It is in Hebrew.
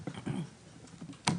בבקשה.